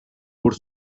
por